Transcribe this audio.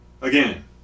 again